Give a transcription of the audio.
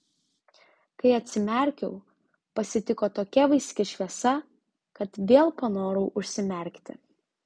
kai atsimerkiau pasitiko tokia vaiski šviesa kad vėl panorau užsimerkti